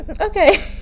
okay